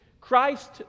Christ